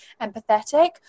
empathetic